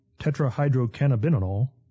tetrahydrocannabinol